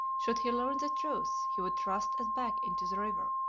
should he learn the truth, he would thrust us back into the river.